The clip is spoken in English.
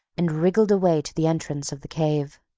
and wriggled away to the entrance of the cave.